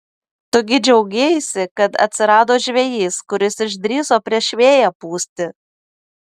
tu gi džiaugeisi kad atsirado žvejys kuris išdrįso prieš vėją pūsti